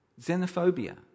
xenophobia